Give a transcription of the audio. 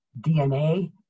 DNA